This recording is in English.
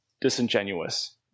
disingenuous